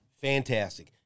Fantastic